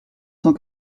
cent